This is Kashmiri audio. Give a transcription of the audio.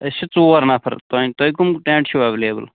أسۍ چھِ ژور نَفر تانۍ تۄہہِ کٕم ٹینٛٹ چھِو ایٚویلیبٔل